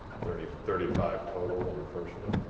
thirty thirty five, total on the first one.